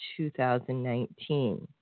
2019